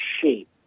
shape